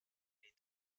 est